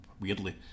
weirdly